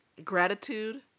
Gratitude